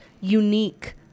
unique